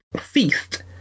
feast